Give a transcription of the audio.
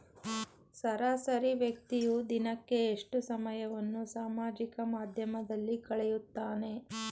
ಸರಾಸರಿ ವ್ಯಕ್ತಿಯು ದಿನಕ್ಕೆ ಎಷ್ಟು ಸಮಯವನ್ನು ಸಾಮಾಜಿಕ ಮಾಧ್ಯಮದಲ್ಲಿ ಕಳೆಯುತ್ತಾನೆ?